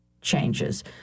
changes